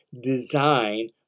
design